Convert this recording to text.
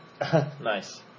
Nice